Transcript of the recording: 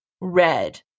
red